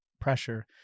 pressure